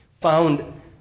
found